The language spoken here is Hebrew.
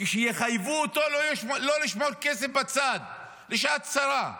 כשיחייבו אותו לא לשמור כסף בצד לשעת צרה?